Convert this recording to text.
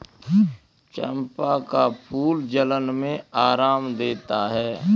चंपा का फूल जलन में आराम देता है